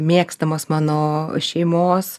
mėgstamos mano šeimos